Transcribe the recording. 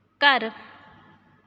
ਘਰ